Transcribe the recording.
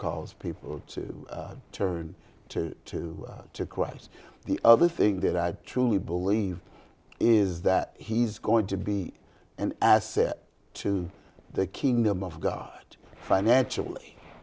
cause people to turn to to question the other thing that i truly believe is that he's going to be an asset to the kingdom of god financially